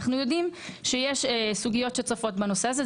אנחנו יודעים שיש סוגיות שצפות בנושא הזה,